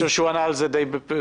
אני חושב שהוא ענה על זה די בפירוט.